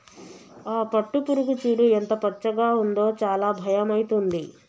ఆ పట్టుపురుగు చూడు ఎంత పచ్చగా ఉందో చాలా భయమైతుంది